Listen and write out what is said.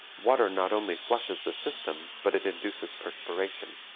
water not only flushes the system but it induces perspiration.